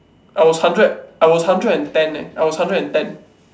I was hundred I was hundred and ten eh I was hundred and ten